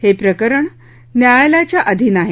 हे प्रकरण न्यायालयाच्या अधीन आहे